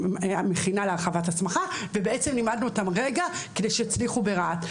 המכינה להרחבת הסמכה ובעצם לימדנו אותם כדי שהם יצליחו ברהט.